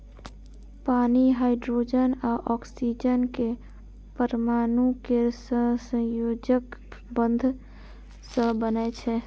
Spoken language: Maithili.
पानि हाइड्रोजन आ ऑक्सीजन के परमाणु केर सहसंयोजक बंध सं बनै छै